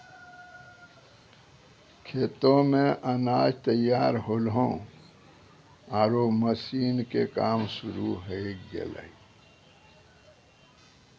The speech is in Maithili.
खेतो मॅ अनाज तैयार होल्हों आरो मशीन के काम शुरू होय गेलै